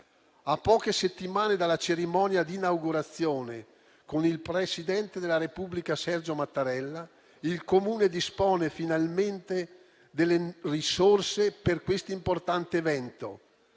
A poche settimane dalla cerimonia di inaugurazione, con il presidente della Repubblica Sergio Mattarella, il Comune dispone finalmente delle risorse per questo importante evento,